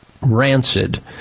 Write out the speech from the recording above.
rancid